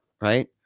right